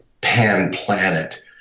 pan-planet